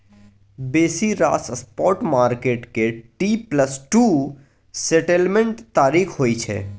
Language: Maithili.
बेसी रास स्पॉट मार्केट के टी प्लस टू सेटलमेंट्स तारीख होइ छै